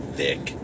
thick